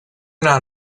not